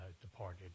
departed